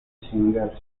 singer